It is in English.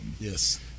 Yes